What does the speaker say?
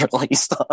released